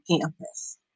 campus